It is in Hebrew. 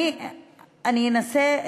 אני אנסה.